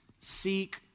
Seek